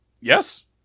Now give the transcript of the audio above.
yes